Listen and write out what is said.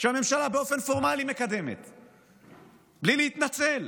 שהממשלה מקדמת באופן פורמלי בלי להתנצל.